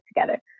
together